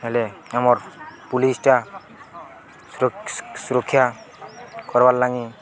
ହେଲେ ଆମର୍ ପୋଲିସ୍ଟା ସୁରକ୍ଷା କର୍ବାର ଲାଗି